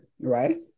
right